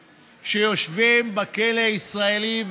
זה דבר שלא מקדם לא את הדיאלוג,